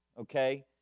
okay